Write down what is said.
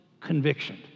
conviction